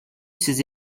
ses